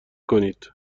کنید